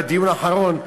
בדיון האחרון,